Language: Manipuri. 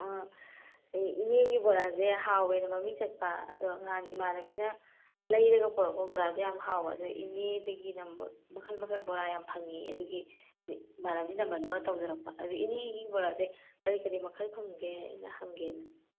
ꯑꯥ ꯏꯅꯦꯒꯤ ꯕꯣꯔꯥꯁꯦ ꯍꯥꯎꯋꯦꯅ ꯃꯃꯤꯡ ꯆꯠꯄ ꯑꯗꯣ ꯅꯍꯥꯟ ꯏꯃꯥꯟꯅꯕꯤꯅ ꯂꯩꯔꯒ ꯄꯨꯔꯛꯄ ꯕꯣꯔꯥꯗꯣ ꯌꯥꯝ ꯍꯥꯎꯕ ꯑꯗꯣ ꯏꯅꯦꯗꯒꯤ ꯅꯝꯕꯔ ꯃꯈꯜ ꯃꯈꯜ ꯕꯣꯔꯥ ꯌꯥꯝ ꯐꯪꯉꯦꯌꯦ ꯑꯗꯨꯒꯤ ꯏꯃꯥꯟꯅꯕꯤꯗꯒꯤ ꯅꯝꯕꯔ ꯂꯧꯔꯒ ꯇꯧꯖꯔꯛꯄ ꯑꯗꯣ ꯏꯅꯦꯒꯤ ꯕꯣꯔꯥꯁꯦ ꯀꯔꯤ ꯀꯔꯤ ꯃꯈꯜ ꯐꯪꯒꯦ ꯑꯅ ꯍꯪꯒꯦꯅ